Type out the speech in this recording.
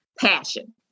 passion